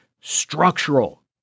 structural